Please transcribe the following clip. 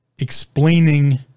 explaining